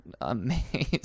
amazing